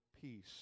peace